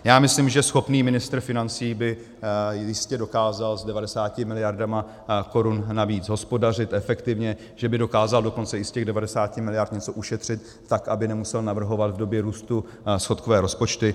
Já myslím, že schopný ministr financí by jistě dokázal s 90 miliardami korun navíc hospodařit efektivně, že by dokázal i z těch 90 miliard něco ušetřit, tak aby nemusel navrhovat v době růstu schodkové rozpočty.